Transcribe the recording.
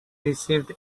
received